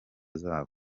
zabo